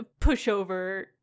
pushover